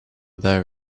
there